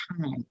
time